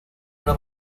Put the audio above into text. una